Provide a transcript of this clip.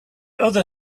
other